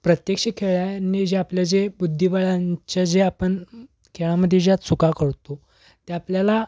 प्रत्यक्ष खेळल्याने जे आपल्या जे बुद्धिबळांंचं जे आपण खेळामध्ये ज्या चुका करतो ते आपल्याला